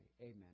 Amen